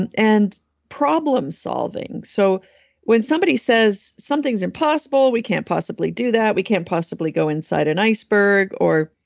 and and problem solving. so when somebody says something's impossible, we can't possibly do that. we can't possibly go inside an iceberg, or,